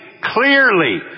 clearly